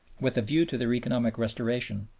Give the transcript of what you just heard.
with a view to their economic restoration,